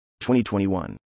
2021